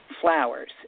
flowers